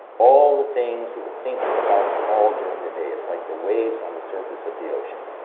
all the things that we're thinking about all during the day. it's like the waves on the surface of the ocean.